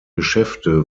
geschäfte